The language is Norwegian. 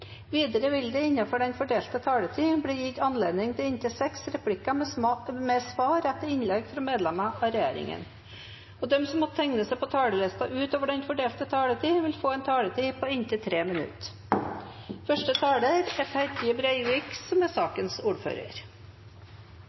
Videre vil det – innenfor den fordelte taletid – bli gitt anledning til inntil seks replikker med svar etter innlegg fra medlemmer av regjeringen, og de som måtte tegne seg på talerlisten utover den fordelte taletid, får også en taletid på inntil 3 minutter. Lite gleder meg egentlig mer i vervet mitt som